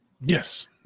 Yes